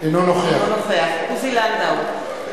אינו נוכח עוזי לנדאו,